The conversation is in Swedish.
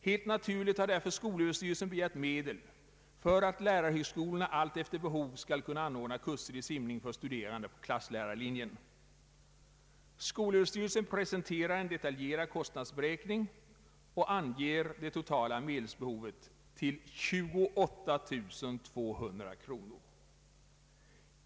Helt naturligt har därför skolöverstyrelsen begärt medel för att lärarhögskolorna alltefter behov skall kunna anordna kurser i simning för studerande på klasslärarlinjen. Skolöverstyrelsen presenterar en detaljerad kostnadsberäkning och anger det totala medelsbehovet till 28 200 kronor.